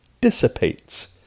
dissipates